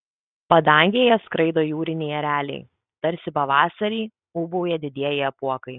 padangėje skraido jūriniai ereliai tarsi pavasarį ūbauja didieji apuokai